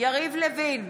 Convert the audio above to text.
יריב לוין,